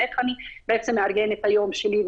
איך אני בעצם מארגנת את היום שלי,